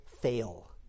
fail